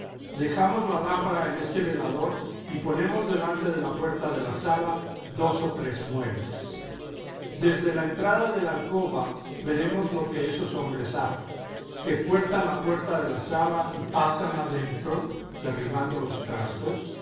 dejamos la lámpara en este velador y ponemos delante de la puerta de la sala dos o tres muebles desde la entrada de la alcoba veremos lo que esos hombres hacen que fuerzan la puerta de la sala y pasan adentro derribando los trastos